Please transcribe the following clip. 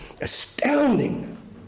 astounding